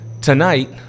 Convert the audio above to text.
tonight